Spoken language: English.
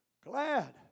Glad